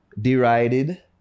derided